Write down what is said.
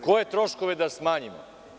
Koje troškove da smanjimo?